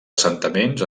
assentaments